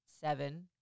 seven